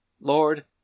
Lord